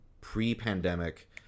pre-pandemic